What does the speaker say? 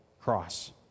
cross